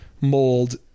mold